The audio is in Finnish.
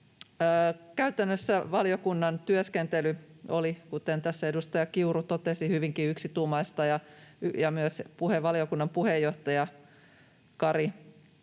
Käytännössä valiokunnan työskentely oli, kuten tässä edustaja Kiuru totesi, hyvinkin yksituumaista, ja myös valiokunnan puheenjohtaja Kari